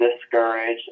discouraged